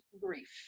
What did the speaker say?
grief